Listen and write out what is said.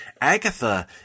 Agatha